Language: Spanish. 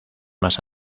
más